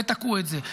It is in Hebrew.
ותקעו את זה.